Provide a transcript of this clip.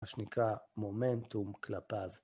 מה שנקרא מומנטום כלפיו.